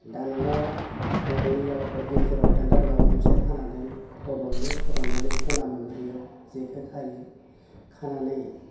दान्दा गंनैयाव बा गेजेराव दान्दा गोलाव गंसे खानानै फद'मो फद'मनानै ख'ना मोनब्रैयाव जेखौ खायो खानानै